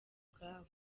ubwabo